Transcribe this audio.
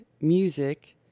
music